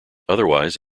otherwise